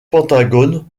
pentagone